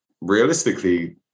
realistically